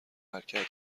حرکت